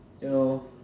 you know